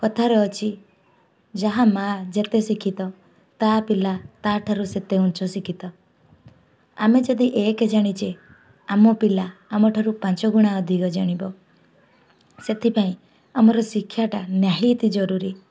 କଥାରେ ଅଛି ଯାହା ମା ଯେତେ ଶିକ୍ଷିତ ତା ପିଲା ତା ଠାରୁ ସେତେ ଉଚ୍ଚ ଶିକ୍ଷିତ ଆମେ ଯଦି ଏକ ଜାଣିଛେ ଆମ ପିଲା ଆମ ଠାରୁ ପାଞ୍ଚ ଗୁଣା ଅଧିକ ଜାଣିବ ସେଥିପାଇଁ ଆମର ଶିକ୍ଷାଟା ନିହାତି ଜରୁରୀ